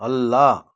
ಅಲ್ಲ